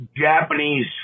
Japanese